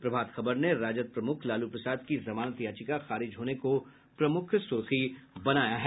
प्रभात खबर ने राजद प्रमुख लालू प्रसाद की जमानत याचिका खारिज होने को प्रमुख सूर्खी बनाया है